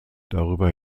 darüber